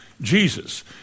Jesus